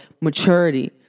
maturity